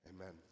amen